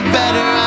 better